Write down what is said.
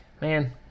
man